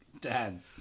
Dan